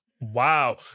wow